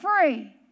free